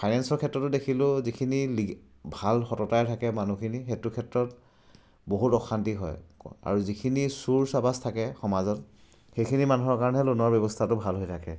ফাইনেন্সৰ ক্ষেত্ৰতো দেখিলোঁ যিখিনি ভাল সততাৰে থাকে মানুহখিনি সেইটো ক্ষেত্ৰত বহুত অশান্তি হয় আৰু যিখিনি চুৰ চাবাছ থাকে সমাজত সেইখিনি মানুহৰ কাৰণে লোনৰ ব্যৱস্থাটো ভাল হৈ থাকে